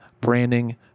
branding